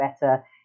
better